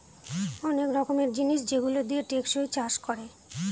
অনেক রকমের জিনিস যেগুলো দিয়ে টেকসই চাষ করে